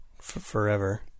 forever